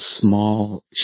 small